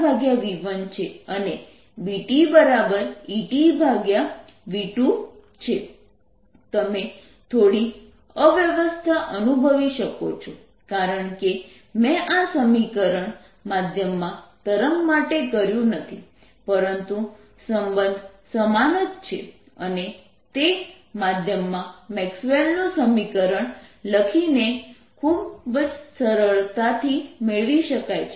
BI BRBT EIv1 ERv1ETv2 તમે થોડી અસ્વસ્થતા અનુભવી શકો છો કારણકે મેં આ સમીકરણ માધ્યમમાં તરંગ માટે કર્યું નથી પરંતુ સંબંધ સમાન જ છે અને તે માધ્યમમાં મેક્સવેલનું સમીકરણ Maxwell's equation લખીને ખૂબ જ સરળતાથી મેળવી શકાય છે